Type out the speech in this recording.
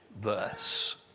thus